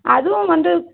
அதுவும் வந்து